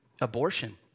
abortion